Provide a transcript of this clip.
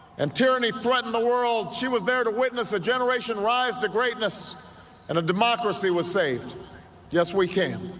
and tyranny threaten the world she was there to witness a generation rise to greatness and a democracy was saved yes we can